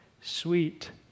sweet